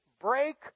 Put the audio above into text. break